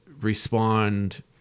respond